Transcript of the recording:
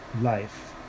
Life